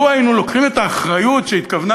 לו היינו לוקחים את האחריות שהתכוונה